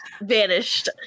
vanished